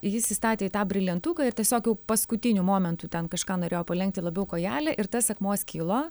jis įstatė į tą brilientuką ir tiesiog jau paskutiniu momentu ten kažką norėjo palenkti labiau kojelę ir tas akmuo skilo